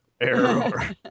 error